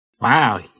Wow